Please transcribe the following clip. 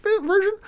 version